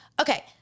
Okay